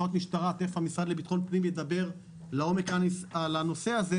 המשטרה תיכף המשרד לביטחון פנים ידבר לעומק על הנושא הזה